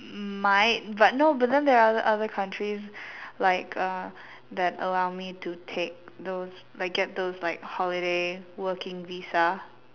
might but no but then there other other countries like uh that allow me to take those like get those like holiday working visa